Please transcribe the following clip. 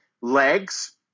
legs